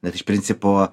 bet iš principo